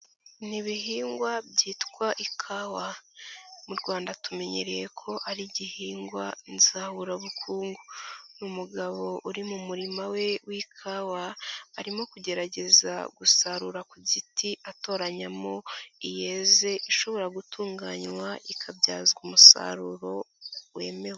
Ni ibihingwa byitwa ikawa mu Rwanda tumenyereye ko ari igihingwa nzaburabukungu, ni umugabo uri mu murima we w'ikawa arimo kugerageza gusarura ku giti atoranyamo iyeze ishobora gutunganywa ikabyazwa umusaruro wemewe.